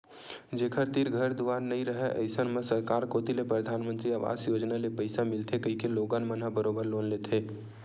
जेखर तीर घर दुवार नइ राहय अइसन म सरकार कोती ले परधानमंतरी अवास योजना ले पइसा मिलथे कहिके लोगन मन ह बरोबर लोन लेथे